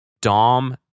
Dom